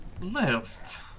left